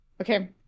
Okay